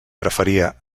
preferia